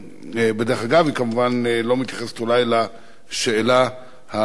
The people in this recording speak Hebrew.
היא כמובן לא מתייחסת אולי לשאלה הספציפית כאן.